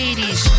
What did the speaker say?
80s